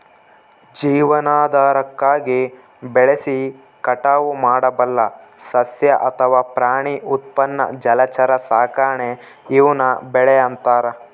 ಜೀವನಾಧಾರಕ್ಕಾಗಿ ಬೆಳೆಸಿ ಕಟಾವು ಮಾಡಬಲ್ಲ ಸಸ್ಯ ಅಥವಾ ಪ್ರಾಣಿ ಉತ್ಪನ್ನ ಜಲಚರ ಸಾಕಾಣೆ ಈವ್ನ ಬೆಳೆ ಅಂತಾರ